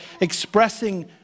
expressing